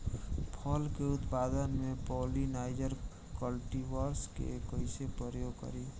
फल के उत्पादन मे पॉलिनाइजर कल्टीवर्स के कइसे प्रयोग करी?